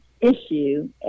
issue